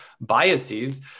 biases